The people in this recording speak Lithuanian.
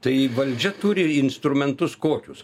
tai valdžia turi instrumentus kokius